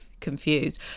confused